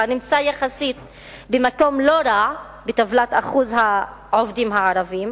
נמצא יחסית במקום לא רע בטבלת אחוז העובדים הערבים,